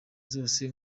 zose